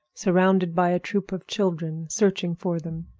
surrounded by a troop of children, searching for them.